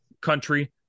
country